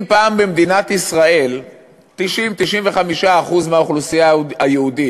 אם פעם במדינת ישראל 90% 95% מהאוכלוסייה היהודית,